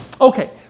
Okay